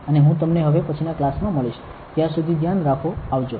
અને હું તમને હવે પછીના ક્લાસ માં મળીશ ત્યાં સુધી ધ્યાન રાખો આવજો